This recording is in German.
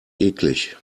eklig